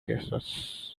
cases